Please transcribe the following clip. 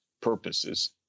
purposes